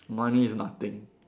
money is nothing